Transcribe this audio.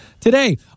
today